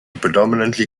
predominantly